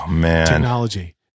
technology